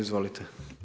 Izvolite.